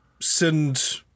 send